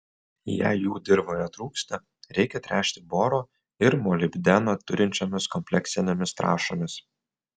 jei jų dirvoje trūksta reikia tręšti boro ir molibdeno turinčiomis kompleksinėmis trąšomis